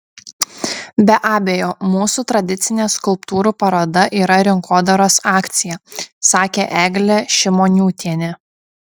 be abejo mūsų tradicinė skulptūrų paroda yra rinkodaros akcija sakė eglė šimoniūtienė